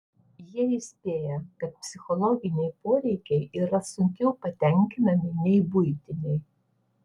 jie įspėja kad psichologiniai poreikiai yra sunkiau patenkinami nei buitiniai